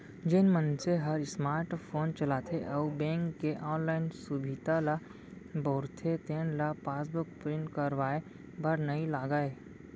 जेन मनसे हर स्मार्ट फोन चलाथे अउ बेंक के ऑनलाइन सुभीता ल बउरथे तेन ल पासबुक प्रिंट करवाए बर नइ लागय